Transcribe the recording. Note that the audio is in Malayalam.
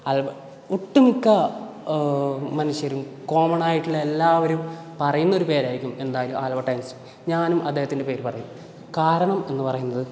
അത് ഒട്ടുമിക്ക മനുഷ്യരും കോമണായിട്ടുള്ള എല്ലാവരും പറയുന്നൊരു പേരായിരുന്നു എന്തായാലും ആൽബർട്ട് ഐൻസ്റ്റീൻ ഞാനും അദ്ദേഹത്തിൻ്റെ പേര് പറയും കാരണം എന്ന് പറയുന്നത്